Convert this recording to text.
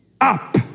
up